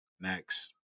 Next